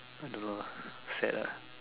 I don't know lah sad ah